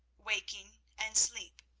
waking and sleep,